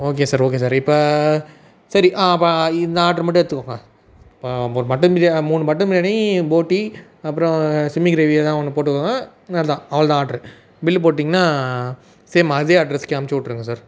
okay sir okay sir இப்போ சரி ஆ அப்போ இந்த ஆர்டரு மட்டும் எடுத்துக்கோங்க இப்போ ஒரு மட்டன் பிரியாணி மூணு மட்டன் பிரியாணி போட்டி அப்புறோம் செமி க்ரேவி ஏதா ஒன்று போட்டுக்கோங்க அவ்வளோ தான் அவ்வளோ தான் ஆர்டரு பில்லு போட்டீங்கன்னால் சேம் அதே அட்ரஸ்க்கே அம்ச்சு விட்ருங்க சார்